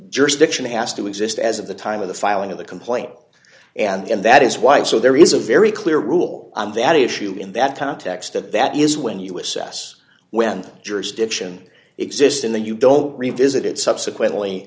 jurisdiction has to exist as of the time of the filing of the complaint and that is why so there is a very clear rule on that issue in that context that that is when you assess when jurisdiction exists in the you don't revisit it subsequently